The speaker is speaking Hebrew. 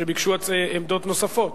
שביקשו עמדות נוספות,